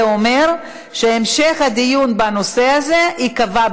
זה אומר שהמשך הדיון בנושא הזה ייקבע,